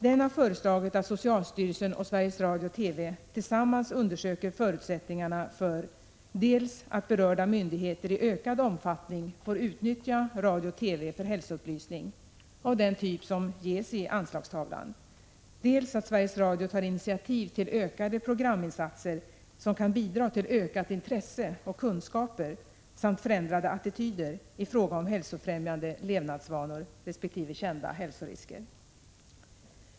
Den har föreslagit att socialstyrelsen och Sveriges Radio/TV tillsammans undersöker förutsättningarna för dels att berörda myndigheter i ökad omfattning får utnyttja radio-TV för hälsoupplysning av den typ som ges i Anslagstavlan, dels att Sveriges Radio tar initiativ till ökade programinsatser, som kan bidra till ökat intresse och 35 ökad kunskap samt förändrade attityder i fråga om hälsofrämjande levnadsvanor och kända hälsorisker.